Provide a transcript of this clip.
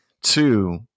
two